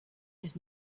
his